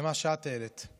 על מה שאת העלית.